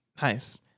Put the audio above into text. Nice